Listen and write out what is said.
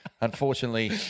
unfortunately